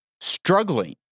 struggling